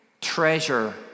treasure